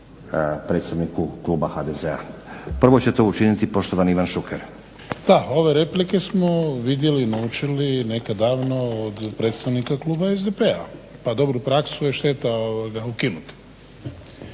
predstavniku kluba HDZ-a. Prvo će to učiniti poštovani Ivan Šuker. **Šuker, Ivan (HDZ)** Da, ove replike smo vidjeli, naučili nekad davno od predstavnika kluba SDP-a, pa dobru praksu je šteta ukinuti.